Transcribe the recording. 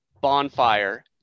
bonfire